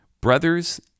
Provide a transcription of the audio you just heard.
brothers